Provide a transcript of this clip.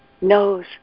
knows